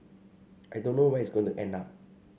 I don't know where it's going to end up